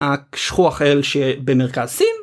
שכוח אל שבמרכז סין.